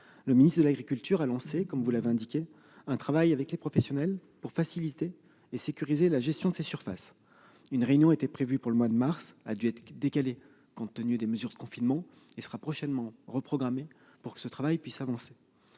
le ministre de l'agriculture a lancé, comme vous l'avez indiqué, un travail avec les professionnels pour faciliter et sécuriser la gestion de ces surfaces. Une réunion prévue en mars a dû être reportée, compte tenu des mesures de confinement ; elle sera reprogrammée prochainement, pour que ce travail puisse avancer.